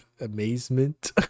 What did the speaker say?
Amazement